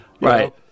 Right